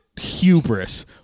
hubris